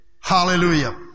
Hallelujah